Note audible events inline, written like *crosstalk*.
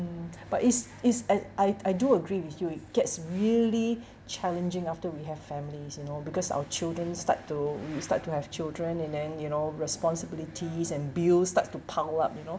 mm but it's it's and I I do agree with you it gets really *breath* challenging after we have families you know because our children start to you start to have children and then you know responsibilities and bills start to pile up you know